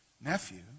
nephew